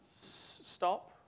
stop